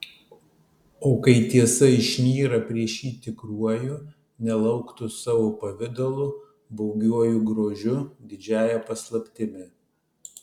o kai tiesa išnyra prieš jį tikruoju nelauktu savo pavidalu baugiuoju grožiu didžiąja paslaptimi